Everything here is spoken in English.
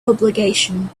obligation